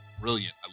brilliant